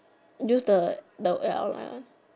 use the the online one